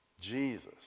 Jesus